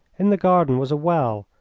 in the garden was a well,